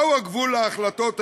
מהו הגבול להחלטות האלה?